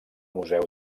museu